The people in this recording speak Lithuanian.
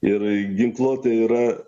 ir ginkluotė yra